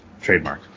trademark